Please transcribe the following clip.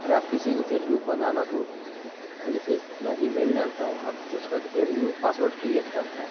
اگر آپ کسی کو فیس بک بنانا ہو تو وہ پہلے فیس اپنا ای میل ڈالتا ہے وہاں پہ پھر اس کے بعد ایک نیو پاسورڈ کریٹ کرتا ہے